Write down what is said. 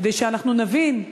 כדי שאנחנו נבין,